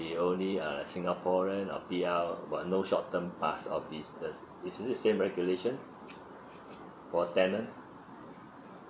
only uh singaporean or P_R but no short term pass or visitors is it the same regulations for tenant